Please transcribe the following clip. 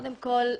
קודם כל,